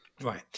Right